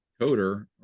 coder